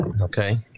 Okay